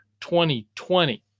2020